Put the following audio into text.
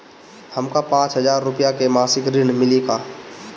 हमका पांच हज़ार रूपया के मासिक ऋण मिली का?